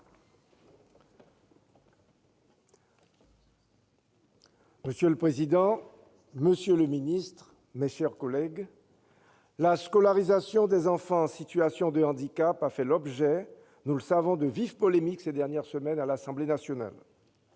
Monsieur le président, monsieur le secrétaire d'État, mes chers collègues, la scolarisation des enfants en situation de handicap a fait l'objet, nous le savons, de vives polémiques ces dernières semaines à l'Assemblée nationale.